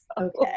Okay